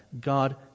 God